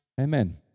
Amen